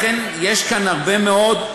לכן יש כאן הרבה מאוד,